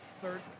third